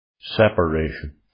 Separation